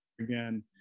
again